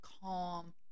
calm